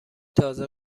تازه